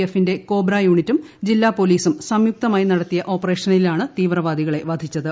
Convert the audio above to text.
എഫിന്റെ കോബ്ര യൂണിറ്റും ജില്ലാ പോലീസും സംയുക്തമായി നടത്തിയ ഓപ്പറേഷനിലാണ് തീവ്രവാദികളെ വധിച്ചത്